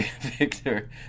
Victor